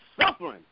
suffering